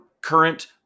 current